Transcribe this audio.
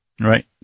Right